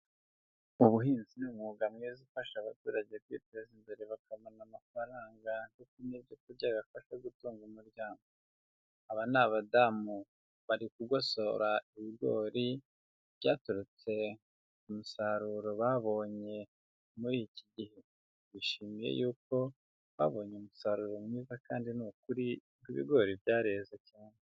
Ubuhinzi ni umwuga mwiza ufasha abaturage kwiteza imbere bakabona amafaranga n'ibyokurya bibafasha gutunga umuryango. Aba ni abadamu bari kugosora ibigori byaturutse ku musaruro babonye muri iki gihe. Bishimiye yuko babonye umusaruro mwiza, kandi ni ukuri ibigori byareze cyane.